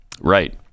Right